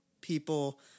people